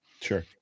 Sure